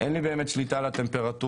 אין לי באמת שליטה על הטמפרטורות,